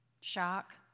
shock